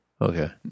Okay